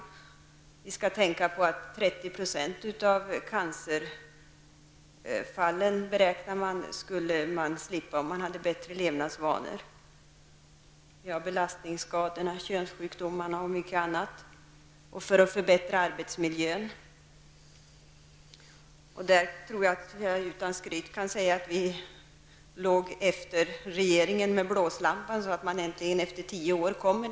Enligt gjorda beräkningar skulle 30 % av cancerfallen kunna undvikas om människor hade bättre levnadsvanor. Belastningsskador, könssjukdomar och många andra saker kan också förebyggas. Det handlar också om att förbättra arbetsmiljön. Jag tror att jag, utan att skryta, kan säga att vi i folkpartiet jagade regeringen med blåslampa för att får arbetsmiljölagen tillämpad i skolan.